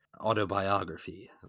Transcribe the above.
autobiography